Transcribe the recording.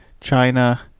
China